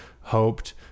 hoped